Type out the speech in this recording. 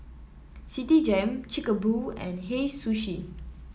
Citigem Chic A Boo and Hei Sushi